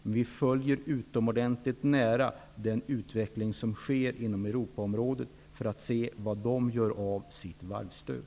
Men vi följer utomordentligt nära den utveckling som sker inom Europaområdet för att se vad man där gör med sitt varvsstöd.